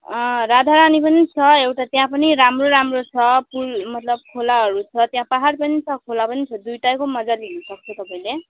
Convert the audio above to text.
अँ राधारानी पनि छ एउटा त्यहाँ पनि राम्रो राम्रो छ पुल मतलब खोलाहरू छ त्यहाँ पाहाड पनि छ खोला पनि छ दुईवटैको मजा लिनुसक्छ तपाईँले